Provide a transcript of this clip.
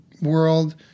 world